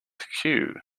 cue